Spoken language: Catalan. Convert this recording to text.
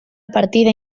partida